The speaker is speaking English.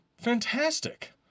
Fantastic